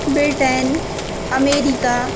Britain America